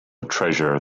treasure